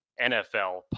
NFL